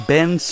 Ben